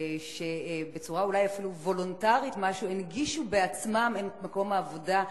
שבצורה אולי אפילו וולונטרית-משהו הנגישו בעצמם את מקום העבודה.